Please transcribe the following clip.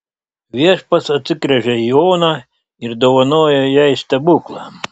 viešpats atsigręžia į oną ir dovanoja jai stebuklą